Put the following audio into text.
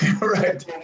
right